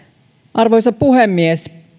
arvoisa puhemies